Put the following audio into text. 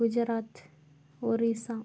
Gujarat Orissa